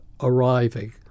arriving